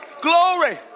glory